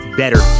better